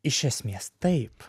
iš esmės taip